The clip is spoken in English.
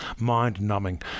mind-numbing